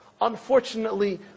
unfortunately